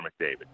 McDavid